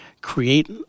create